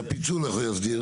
לא, את הפיצול איך הוא יסדיר?